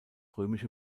römische